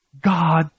God